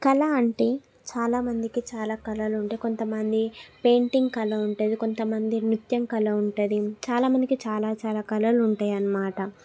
కళా అంటే చాలా మందికి చాలా కళలు ఉంటాయి కొంత మంది పెయింటింగ్ కళ ఉంటుంది కొంత మంది నృత్యం కళా ఉంటుంది చాలా మందికి చాలా చాలా కళలు ఉంటాయన్నమాట